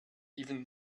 even